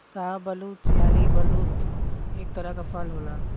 शाहबलूत यानि बलूत एक तरह क फल होला